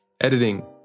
Editing